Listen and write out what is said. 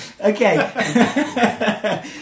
Okay